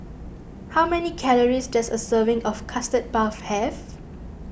how many calories does a serving of Custard Puff have